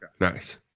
nice